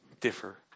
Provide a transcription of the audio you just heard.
differ